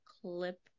clip